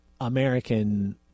American